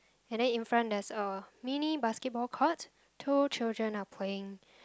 and then in front there's a mini basketball court two children are playing